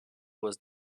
was